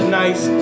nice